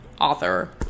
author